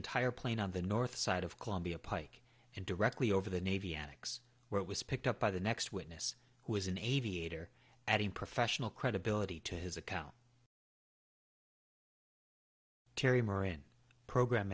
entire plane on the north side of columbia pike in directly over the navy attics where it was picked up by the next witness who is an aviator adding professional credibility to his account terry moran program